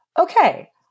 okay